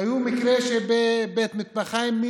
היו מקרים בבית מטבחיים.